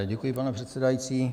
Děkuji, pane předsedající.